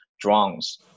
drones